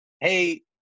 hey